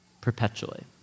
perpetually